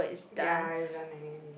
ya